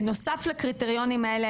בנוסף לקריטריונים האלה,